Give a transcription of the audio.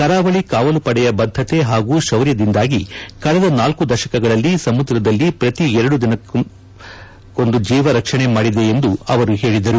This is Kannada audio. ಕರಾವಳಿ ಕಾವಲು ಪಡೆಯ ಬದ್ದತೆ ಹಾಗೂ ಶೌರ್ಯದಿಂದಾಗಿ ಕಳೆದ ನಾಲ್ಕು ದಶಕಗಳಲ್ಲಿ ಸಮುದ್ರದಲ್ಲಿ ಪ್ರತಿ ಎರಡು ದಿನಕ್ಕೊಂದು ಜೀವ ರಕ್ಷಣೆ ಮಾಡಿದೆ ಎಂದು ಅವರು ಹೇಳಿದರು